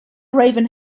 raven